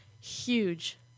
huge